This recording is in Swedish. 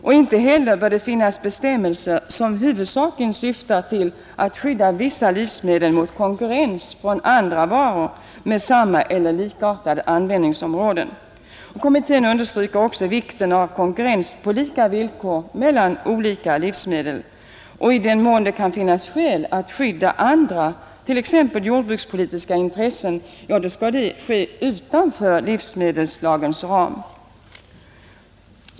Och inte heller bör det finnas bestämmelser som huvudsakligen syftar till att skydda vissa livsmedel mot konkurrens från andra varor med samma eller likartade användningsområden. Kommittén understryker också vikten av konkurrens på lika villkor mellan olika livsmedel. I den mån det kan finnas skäl att skydda andra, t.ex. jordbrukspolitiska intressen, bör detta ske utanför livsmedelslagens ram.